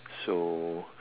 so